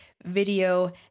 video